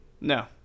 no